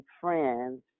friends